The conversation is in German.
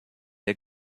der